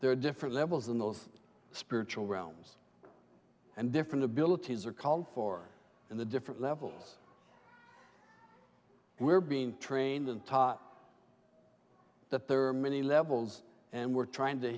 there are different levels in those spiritual realms and different abilities are called for in the different levels and we are being trained and taught that there are many levels and we're trying to